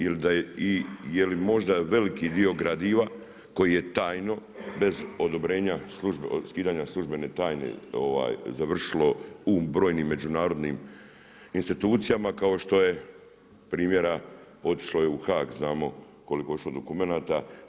I je li možda veliki dio gradiva koji je tajno, bez odobrenja skidanja službene tajne završilo u brojnim međunarodnim institucijama, kao što je primjera, otišlo je u HAG, znamo koliko je otišlo dokumenata.